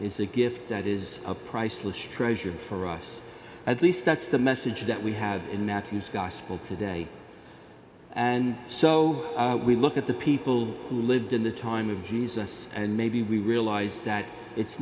is a gift that is a priceless treasure for us at least that's the message that we have anatomies gospel today and so we look at the people who lived in the time of jesus and maybe we realize that it's